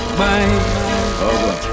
bye